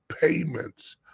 payments